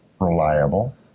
reliable